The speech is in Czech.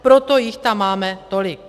Proto jich tam máme tolik.